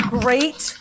great